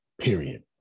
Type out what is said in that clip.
period